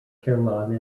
carolina